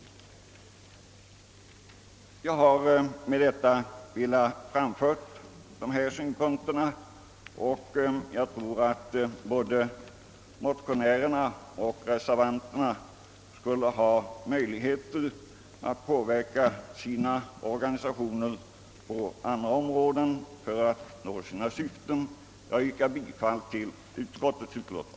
Jag har velat framföra dessa synpunkter, och jag tror att både motionärerna och reservanterna skulle ha möjligheter att påverka sina organisationer på andra områden för att nå sina syften. Jag yrkar bifall till utskottets utlåtande.